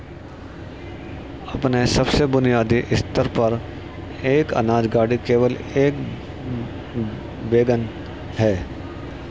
अपने सबसे बुनियादी स्तर पर, एक अनाज गाड़ी केवल एक वैगन है